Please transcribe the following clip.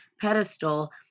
pedestal